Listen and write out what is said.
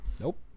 Nope